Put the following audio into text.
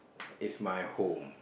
is my home